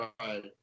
Right